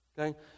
Okay